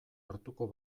hartuko